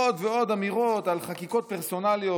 עוד ועוד אמירות על חקיקות פרסונליות,